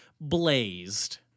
blazed